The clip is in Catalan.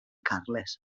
carles